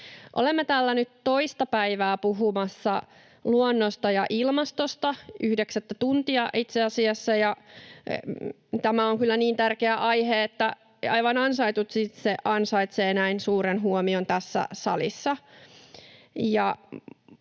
Olemme täällä nyt toista päivää puhumassa luonnosta ja ilmastosta, yhdeksättä tuntia itse asiassa. Tämä on kyllä niin tärkeä aihe, että se aivan ansaitusti ansaitsee näin suuren huomion tässä salissa.